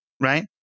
right